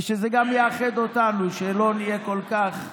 וזה גם יאחד אותנו, שלא נהיה כל כך סוערים.